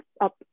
up